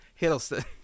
Hiddleston